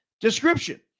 description